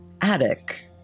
attic